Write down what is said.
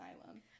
asylum